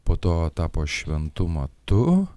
po to tapo šventu matu